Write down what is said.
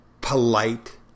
polite